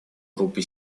группы